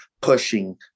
pushing